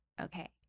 okay